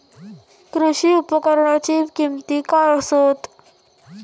कृषी उपकरणाची किमती काय आसत?